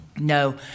No